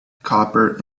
copper